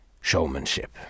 showmanship